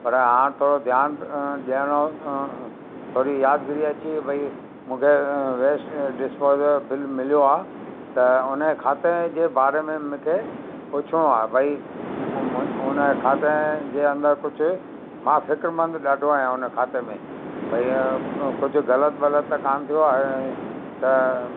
पर हाणे थोरो ध्यानु ॾियणो थोरी यादगिरी अचे भई मूंखे वेस्ट डिस्पोजल बिल मिलियो आहे त उन खाते जे बारे में मूंखे पुछिणो आहे भई उन खाते जे अंदरि कुझु मां फ़िक़्रमंदु ॾाढो आहियां उन खाते में भई कुझु ग़लति वलत त कोन थियो आहे त